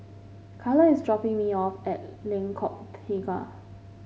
Kyla is dropping me off at Lengkok Tiga